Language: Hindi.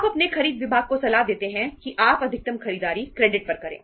आप अपने खरीद विभाग को सलाह देते हैं कि आप अधिकतम खरीदारी क्रेडिट पर करें